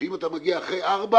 שאם אתה מגיע אחרי ארבע